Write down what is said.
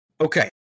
Okay